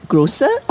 Grocer